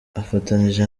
afatanyije